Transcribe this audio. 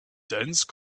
dense